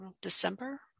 December